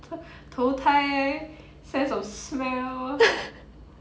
投胎 sense of smell